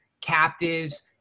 captives